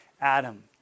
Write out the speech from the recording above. Adam